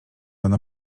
ona